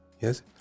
yes